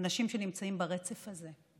אנשים שנמצאים ברצף הזה,